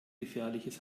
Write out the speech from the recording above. gefährliches